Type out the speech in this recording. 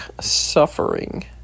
suffering